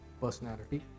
personality